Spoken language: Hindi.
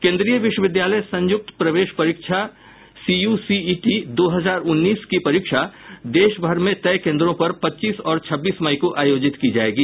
केंद्रीय विश्वविद्यालय संयुक्त प्रवेश परीक्षा सीयूसीईटी दो हजार उन्नीस की परीक्षा देशभर में तय केंद्रों पर पच्चीस और छब्बीस मई को आयोजित की जायेगी